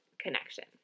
connection